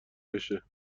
بشه